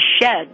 shed